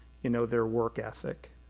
you know, their work ethic,